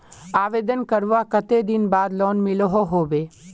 आवेदन करवार कते दिन बाद लोन मिलोहो होबे?